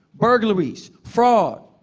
burglaries, fraud,